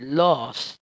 lost